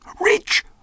Rich